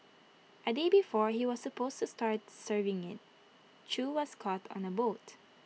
A day before he was supposed to start serving IT chew was caught on A boat